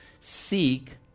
Seek